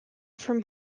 from